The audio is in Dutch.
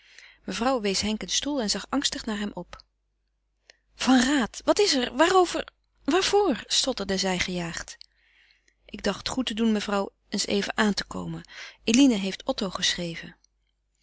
mevrouw wees henk een stoel en zag angstig naar hem op van raat wat is er waarover waarvoor stotterde zij gejaagd ik dacht goed te doen mevrouw eens even aan te komen eline heeft otto geschreven